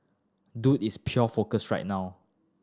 Dude is pure focus right now